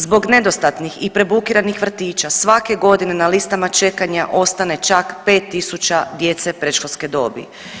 Zbog nedostatnih i prebukiranih vrtića svake godine na listama čekanja ostane čak 5.000 djece predškolske dobi.